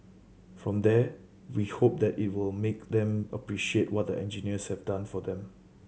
from there we hope that it will then make them appreciate what the engineers have done for them